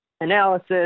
analysis